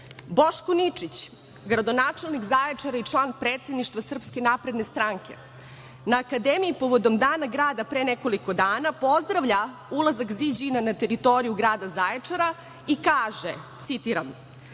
Boško Ničić gradonačelnik Zaječara i član Predsedništva Srpske napredne stranke na Akademiji povodom dana grada pre nekoliko dana pozdravlja ulazak „Ziđin-a“ na teritoriju grada Zaječara i kaže citiram